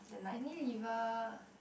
unilever